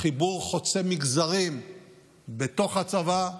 לחיבור חוצה מגזרים בתוך הצבא,